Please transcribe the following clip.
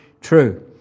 true